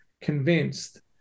convinced